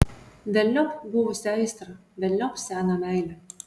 velniop buvusią aistrą velniop seną meilę